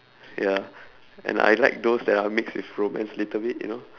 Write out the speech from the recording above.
ya and I like those that are mixed with romance little bit you know